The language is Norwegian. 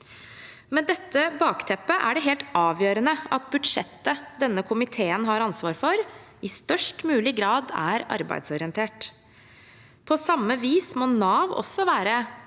Med dette bakteppet er det helt avgjørende at budsjettet denne komiteen har ansvar for, i størst mulig grad er arbeidsorientert. På samme vis må Nav også være